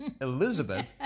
Elizabeth